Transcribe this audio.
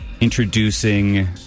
introducing